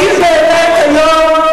האם באמת היום,